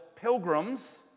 pilgrims